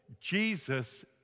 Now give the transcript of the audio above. Jesus